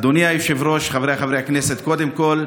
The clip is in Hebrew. אדוני היושב-ראש, חבריי חברי הכנסת, קודם כול,